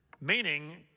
Meaning